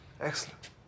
Excellent